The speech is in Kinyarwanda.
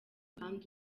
kandi